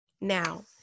now